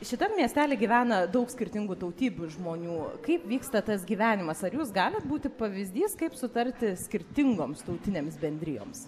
šitam miestely gyvena daug skirtingų tautybių žmonių kaip vyksta tas gyvenimas ar jūs galit būti pavyzdys kaip sutarti skirtingoms tautinėms bendrijoms